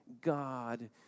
God